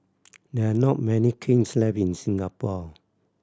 there are not many kilns left in Singapore